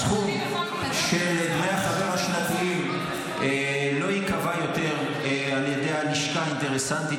הסכום של דמי החבר השנתיים לא ייקבע יותר על ידי הלשכה האינטרסנטית,